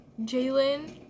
Jalen